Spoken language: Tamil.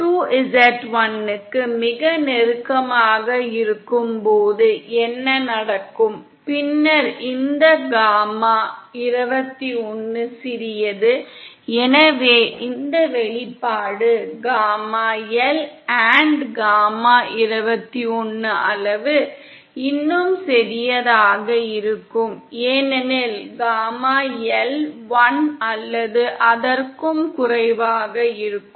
Z2 z1 க்கு மிக நெருக்கமாக இருக்கும்போது என்ன நடக்கும் பின்னர் இந்த காமா 21 சிறியது எனவே இந்த வெளிப்பாடு காமா L காமா 21னின் அளவு இன்னும் சிறியதாக இருக்கும் ஏனெனில் காமா L 1 அல்லது அதற்கும் குறைவாக இருக்கும்